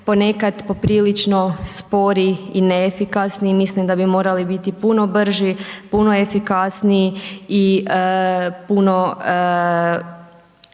ponekad poprilično spori i neefikasni i mislim da bi morali biti puno brži, puno efikasniji i puno